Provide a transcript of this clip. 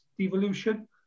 devolution